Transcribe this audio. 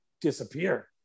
disappear